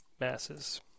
masses